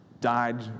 died